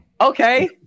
Okay